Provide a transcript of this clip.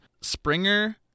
Springer